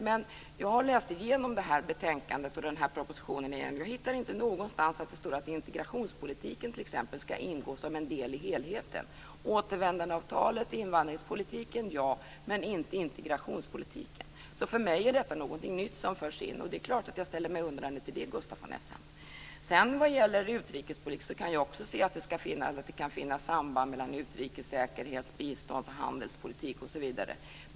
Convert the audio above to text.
Men jag har läst igenom propositionen och betänkandet igen, och jag hittar inte någonstans där det står att t.ex. integrationspolitiken ska ingå som en del i helheten. Återvändandeavtalet och invandringspolitiken finns där, men inte integrationspolitiken. Så för mig är detta någonting nytt som förs in, och det är klart att jag ställer mig undrande inför det, Gustaf von Också jag kan se att det kan finnas samband mellan utrikes-, säkerhets-, bistånds och handelspolitik.